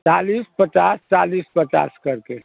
चालीस पचास चालीस पचास कर के